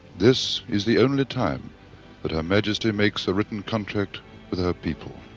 this is the only time that her majesty makes a written contract with her people.